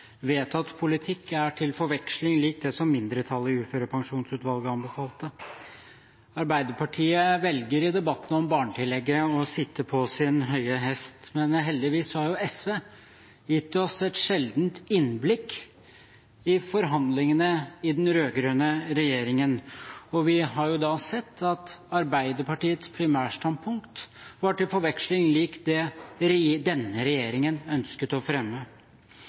Vedtatt politikk er til forveksling lik det som mindretallet i Uførepensjonsutvalget anbefalte. Arbeiderpartiet velger i debatten om barnetillegget å sitte på sin høye hest, men heldigvis har jo SV gitt oss et sjeldent innblikk i forhandlingene i den rød-grønne regjeringen. Vi har da sett at Arbeiderpartiets primærstandpunkt var til forveksling likt det denne regjeringen ønsket å fremme.